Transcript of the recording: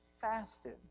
fasted